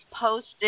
posted